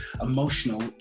emotional